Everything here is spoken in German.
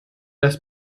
des